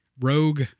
Rogue